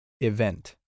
event